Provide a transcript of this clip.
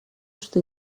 что